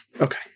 Okay